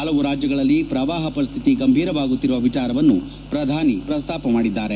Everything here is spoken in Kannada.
ಹಲವು ರಾಜ್ಯಗಳಲ್ಲಿ ಪ್ರವಾಹ ಪರಿಸ್ಥಿತಿ ಗಂಭೀರವಾಗುತ್ತಿರುವ ವಿಚಾರವನ್ನು ಪ್ರಧಾನಿ ಪ್ರಸ್ತಾಪ ಮಾಡಿದ್ದಾರೆ